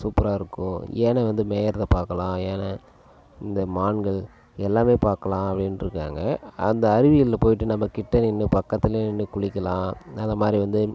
சூப்பராக இருக்கும் யானை வந்து மேயிறத பார்க்கலாம் யானை இந்த மான்கள் எல்லாமே பார்க்கலாம் அப்படின்ருக்காங்க அந்த அருவிகளில் போயிட்டு நம்ம கிட்ட நின்று பக்கதில் நின்று குளிக்கலாம் அதை மாதிரி வந்து